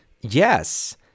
Yes